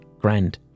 Grand